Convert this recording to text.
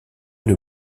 une